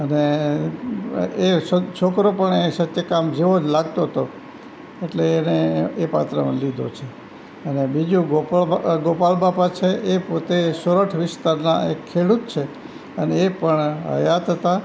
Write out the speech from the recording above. અને એ છોકરો પણ એ સત્યકામ જેવો જ લાગતો હતો એટલે એને એ પાત્રમાં લીધો છે અને બીજું ગોપાળ ગોપાલ બાપા છે એ પોતે સોરઠ વિસ્તારનાં એક ખેડૂત છે અને એ પણ હયાત હતા